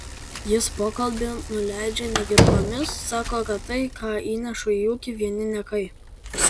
jis pokalbį nuleidžia negirdomis sako kad tai ką įnešu į ūkį vieni niekai